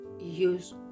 use